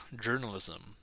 journalism